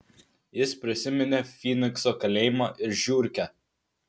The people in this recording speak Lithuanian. jis prisiminė fynikso kalėjimą ir žiurkę